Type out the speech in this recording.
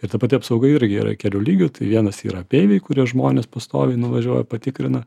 ir ta pati apsauga irgi yra kelių lygių vienas yra apeiviai kurie žmonės pastoviai nuvažiuoja patikrina